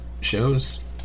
shows